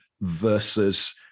versus